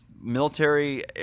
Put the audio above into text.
military